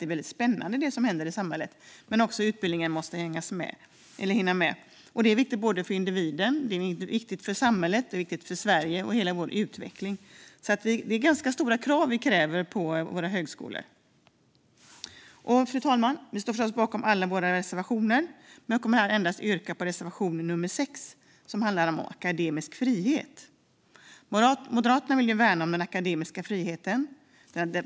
Det som händer är väldigt spännande, men utbildningarna måste hänga med. Detta är viktigt både för individen och för samhället. Det är viktigt för Sverige och hela vår utveckling. Det är alltså ganska stora krav som vi ställer på våra högskolor. Fru talman! Vi står förstås bakom alla våra reservationer, men jag kommer att yrka bifall endast till reservation nummer 6 som handlar om akademisk frihet. Moderaterna vill värna den akademiska friheten.